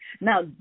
Now